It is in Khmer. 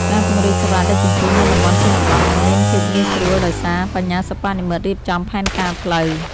ការពង្រីកសេវាដឹកជញ្ជូនទៅតំបន់ជនបទ នឹងមានភាពងាយស្រួលដោយសារ បញ្ញាសិប្បនិម្មិត រៀបចំផែនការផ្លូវ។